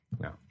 No